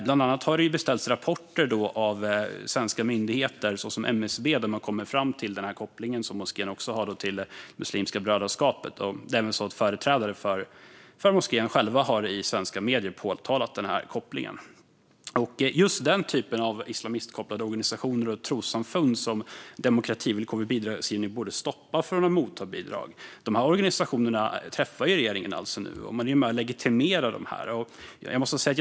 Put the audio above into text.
Bland annat har det beställts rapporter av svenska myndigheter som MSB, där man kommer fram till att moskén har en koppling till Muslimska brödraskapet. Även företrädare för moskén har själva i svenska medier talat om denna koppling. Just den typen av islamistkopplade organisationer och trossamfund som demokrativillkor vid bidragsgivning borde stoppa från att motta bidrag är statsråden alltså nu ute och träffar.